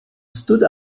stood